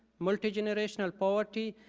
multi-generational poverty,